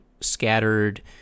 scattered